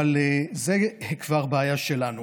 אבל זה כבר בעיה שלנו.